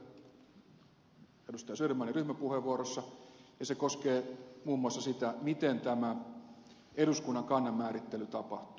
södermanin ryhmäpuheenvuorossa ja ne koskevat muun muassa sitä miten tämä eduskunnan kannan määrittely tapahtuu